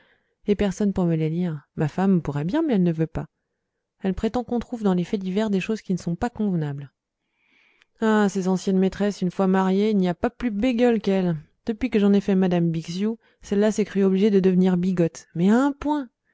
et personne pour me les lire ma femme pourrait bien mais elle ne veut pas elle prétend qu'on trouve dans les faits divers des choses qui ne sont pas convenables ah ces anciennes maîtresses une fois mariées il n'y a pas plus bégueules qu'elles depuis que j'en ai fait m me bixiou celle-là s'est crue obligée de devenir bigote mais à un point